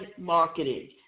marketing